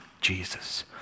Jesus